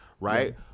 right